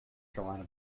carolina